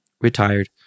retired